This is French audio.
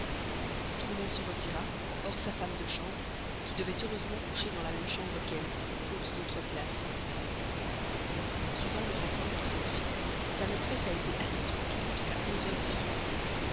tout le monde se retira hors sa femme de chambre qui devait heureusement coucher dans la même chambre qu'elle faute d'autre place suivant le rapport de cette fille sa maîtresse a été assez tranquille jusqu'à onze heures du soir